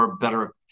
better